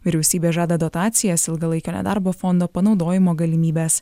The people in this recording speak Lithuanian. vyriausybė žada dotacijas ilgalaikio nedarbo fondo panaudojimo galimybes